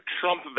Trump